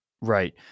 Right